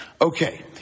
Okay